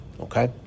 Okay